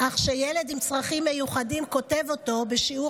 אך כשילד עם צרכים מיוחדים כותב אותו בשיעור